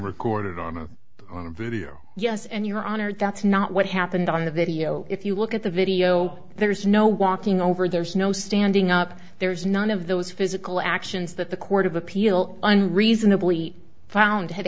recorded on a on a video yes and your honor that's not what happened on the video if you look at the video there's no walking over there's no standing up there's none of those physical actions that the court of appeal unreasonably found had